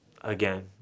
again